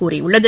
கூறியுள்ளது